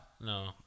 No